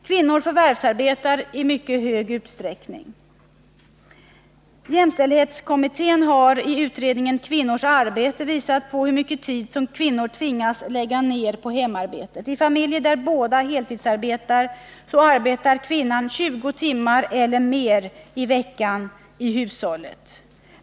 Kvinnor förvärvsarbetar i mycket stor utsträckning. Jämställdhetskommittén har i utredningen Kvinnors arbete visat hur mycket tid kvinnor tvingas lägga ned på hemarbetet. I familjer där båda arbetar, arbetar kvinnan 20 timmar eller mer i hushållet.